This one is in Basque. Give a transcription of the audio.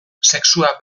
sexua